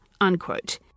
unquote